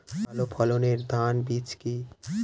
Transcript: ভালো ফলনের ধান বীজ কি?